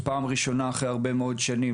פעם ראשונה אחרי הרבה מאוד שנים.